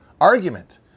argument